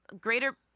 greater